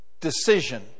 decision